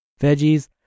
veggies